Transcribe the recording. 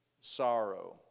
sorrow